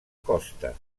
costa